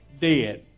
dead